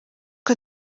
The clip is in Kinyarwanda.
uko